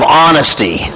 honesty